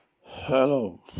Hello